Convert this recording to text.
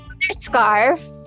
scarf